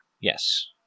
Yes